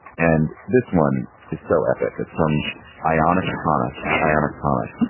and this one is so epic. it's from ionic tonic at ionic tonic.